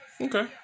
Okay